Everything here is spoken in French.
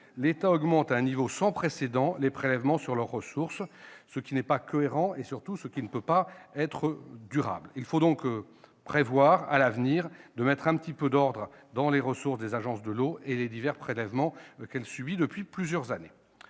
l'État augmente à un niveau sans précédent les prélèvements sur leurs ressources. Cela n'est pas cohérent et surtout ne peut être durable. Il faudra prévoir de mettre à l'avenir un peu d'ordre dans les ressources des agences de l'eau et les divers prélèvements qu'elles subissent depuis plusieurs années.